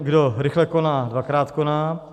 Kdo rychle koná, dvakrát koná.